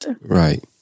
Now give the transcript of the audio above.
Right